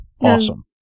awesome